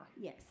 Yes